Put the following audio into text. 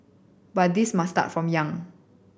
but this must start from young